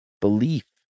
belief